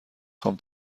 خوام